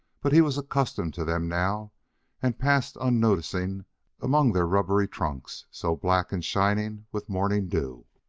but he was accustomed to them now and passed unnoticing among their rubbery trunks, so black and shining with morning dew.